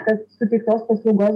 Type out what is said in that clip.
kad suteiktos paslaugos